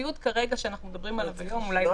הציוד כרגע שאנחנו מדברים עליו היום --- לא